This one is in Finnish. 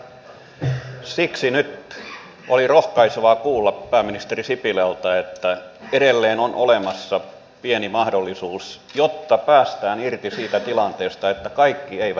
siksi nyt oli rohkaisevaa kuulla pääministeri sipilältä että edelleen on olemassa pieni mahdollisuus jotta päästään irti siitä tilanteesta että kaikki eivät menetä